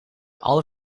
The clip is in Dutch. alle